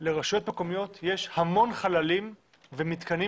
לרשויות מקומיות יש המון חללים ומתקנים